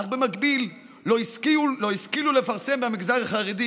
אך במקביל לא השכילו לפרסם במגזר החרדי